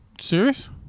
Serious